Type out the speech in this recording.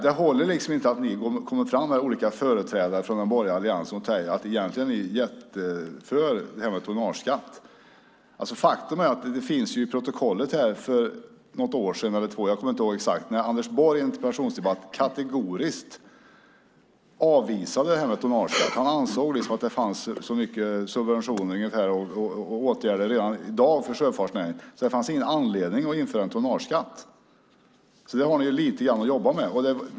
Det håller inte att olika företrädare för den borgerliga alliansen går upp i talarstolen och säger att man egentligen är mycket positiv till tonnageskatt. Av ett protokoll för något eller ett par år sedan - jag minns inte exakt när det var - framgår hur Anders Borg i en interpellationsdebatt kategoriskt avvisar tonnageskatten. Han ansåg då att det redan fanns så mycket subventioner och åtgärder för sjöfartsnäringen att det inte fanns någon anledning att införa en tonnageskatt. Där har alliansen alltså lite grann att jobba med.